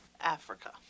Africa